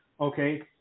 Okay